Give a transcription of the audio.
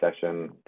session